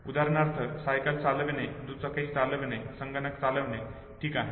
उदाहरणार्थ सायकल चालवणे दुचाकी चालविणे संगणक चालविणे ठीक आहे